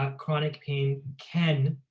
ah chronic pain can